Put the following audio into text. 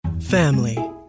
Family